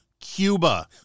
Cuba